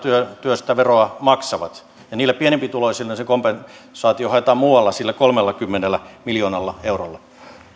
työstä veroa maksavat ja niille pienempituloisille se kompensaatio haetaan muualla sillä kolmellakymmenellä miljoonalla eurolla